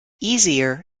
easier